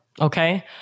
okay